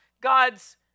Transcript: God's